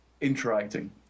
interacting